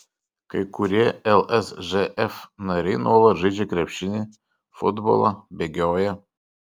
kai kurie lsžf nariai nuolat žaidžia krepšinį futbolą bėgioja